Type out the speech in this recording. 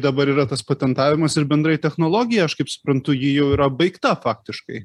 dabar yra tas patentavimas ir bendrai technologija aš kaip suprantu ji jau yra baigta faktiškai